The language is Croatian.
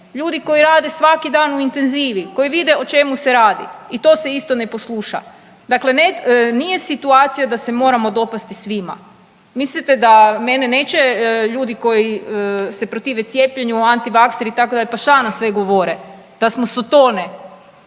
Ljudi koji rade svaki dan u intenzivi koji vide o čemu se radi i to se isto ne posluša. Dakle ne, nije situacija da se moramo dopasti svima. Mislite da mene neće ljudi koji se protive cijepljenju, antivakseri itd., pa šta nam sve govore, da smo sotone,